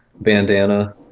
bandana